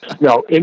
No